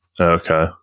Okay